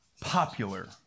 popular